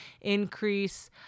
increase